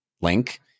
Link